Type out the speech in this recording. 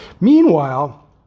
Meanwhile